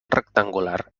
rectangular